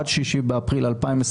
עד 6 באפריל 2022